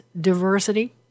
diversity